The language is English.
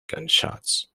gunshots